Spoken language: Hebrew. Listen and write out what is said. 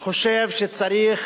אני חושב שצריך,